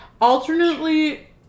Alternately